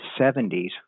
70s